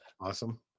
awesome